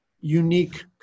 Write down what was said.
unique